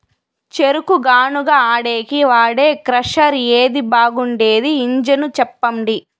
చెరుకు గానుగ ఆడేకి వాడే క్రషర్ ఏది బాగుండేది ఇంజను చెప్పండి?